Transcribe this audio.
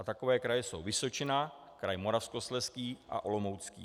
Takové kraje jsou Vysočina, kraj Moravskoslezský a Olomoucký.